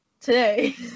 today